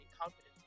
confidence